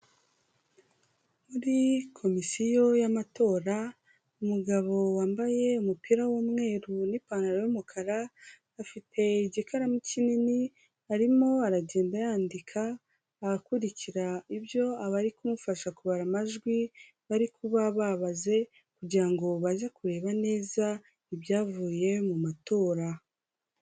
Muri komisiyo y'amatora, umugabo wambaye umupira w'umweru n'ipantaro y'umukara; afite igikaramu kinini arimo aragenda yandika akurikira ibyo abari kumufasha kubara amajwi bari kuba babaze, kugira ngo baze kureba neza ibyavuye mu matora.